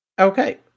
Okay